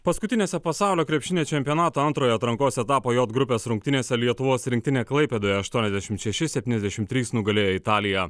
paskutinėse pasaulio krepšinio čempionato antrojo atrankos etapo j grupės rungtynėse lietuvos rinktinė klaipėdoje aštuoniasdešimt šeši septyniasdešimt trys nugalėjo italiją